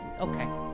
okay